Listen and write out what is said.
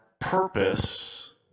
purpose